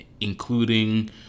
Including